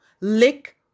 lick